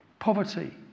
poverty